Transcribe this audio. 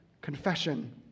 confession